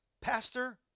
Pastor